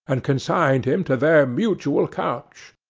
and consigned him to their mutual couch.